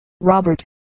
Robert